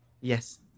Yes